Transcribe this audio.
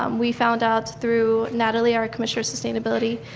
um we found out through natalie are commissioner of sustainability,